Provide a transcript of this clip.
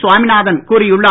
சுவாமிநாதன் கூறியுள்ளார்